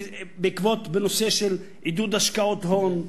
בנושא של עידוד השקעות הון,